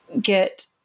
get